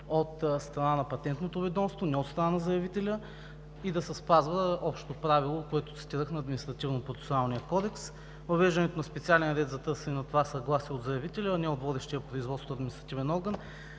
от страна на Патентното ведомство, не от страна на заявителя и да се спазва общото правило на Административнопроцесуалния кодекс, което цитирах. Въвеждането на специален ред за търсене на това съгласие от заявителя, а не от водещия производството административен орган,